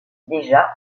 déjà